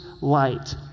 light